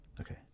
Okay